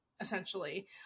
essentially